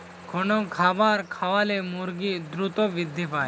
কোন খাবার খাওয়ালে মুরগি দ্রুত বৃদ্ধি পায়?